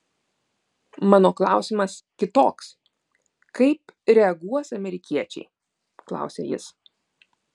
mano klausimas kitoks kaip reaguos amerikiečiai klausia jis